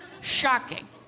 Shocking